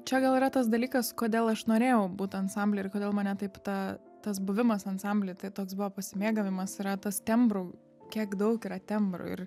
čia gal yra tas dalykas kodėl aš norėjau būt ansambly ir kodėl mane taip ta tas buvimas ansambly tai toks buvo pasimėgavimas yra tas tembrų kiek daug yra tembrų ir